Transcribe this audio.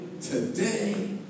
today